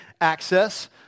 access